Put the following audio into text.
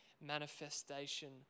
manifestation